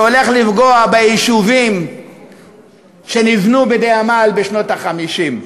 שהולך לפגוע ביישובים שנבנו בדי עמל בשנות ה-50?